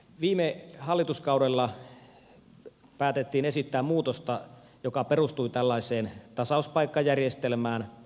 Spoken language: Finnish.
viime hallituskaudella päätettiin esittää muutosta joka perustui tällaiseen tasauspaikkajärjestelmään